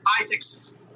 Isaac's